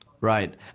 Right